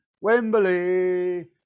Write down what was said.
Wembley